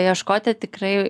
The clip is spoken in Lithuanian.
ieškoti tikrai